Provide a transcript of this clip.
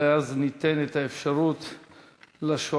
ואז ניתן את האפשרות לשואלים.